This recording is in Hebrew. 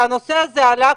כאשר הנושא הזה עלה,